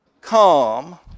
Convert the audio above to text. come